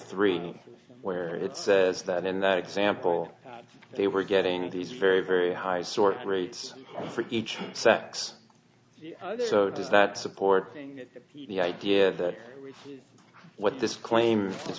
three where it says that in that example they were getting these very very high sort rates for each sex so does that support the idea that what this claim is